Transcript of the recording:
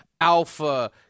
alpha